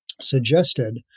suggested